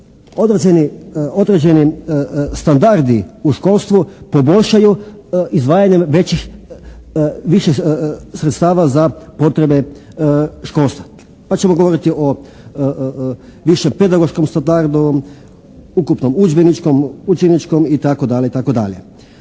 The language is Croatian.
određeni standardi u školstvu poboljšaju izdvajanjem većih, viših sredstava za potrebe školstva. Pa ćemo govoriti više o pedagoškom standardu, ukupnom udžbeničkom, učeničkom itd.